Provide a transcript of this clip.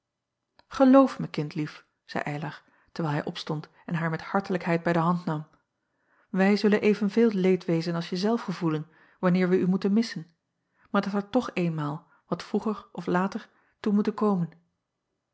eloof mij kindlief zeî ylar terwijl hij opstond en haar met hartelijkheid bij de hand nam wij zullen evenveel leedwezen als jezelf gevoelen wanneer wij u moeten missen maar het had er toch eenmaal wat vroeger of later toe moeten komen